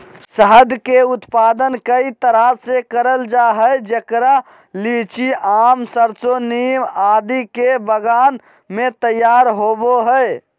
शहद के उत्पादन कई तरह से करल जा हई, जेकरा लीची, आम, सरसो, नीम आदि के बगान मे तैयार होव हई